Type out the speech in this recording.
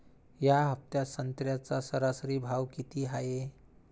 या हफ्त्यात संत्र्याचा सरासरी भाव किती हाये?